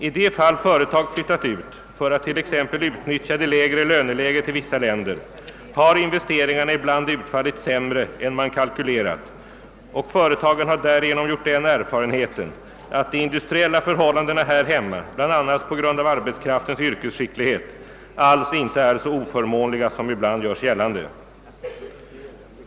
I de fall företag flyttat ut för att t.ex. utnyttja det lägre löneläget i vissa länder har investeringarna ibland utfallit sämre än man kalkylerat, och företagen har därigenom gjort den erfarenheten att de industriella förhållandena här hemma bl.a. på grund av arbetskraftens yrkesskicklighet alls inte är så oförmånliga som ibland görs gällande.